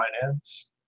finance